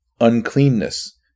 uncleanness